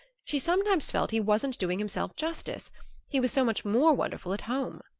she sometimes felt he wasn't doing himself justice he was so much more wonderful at home.